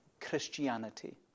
Christianity